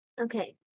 Okay